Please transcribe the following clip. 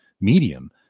medium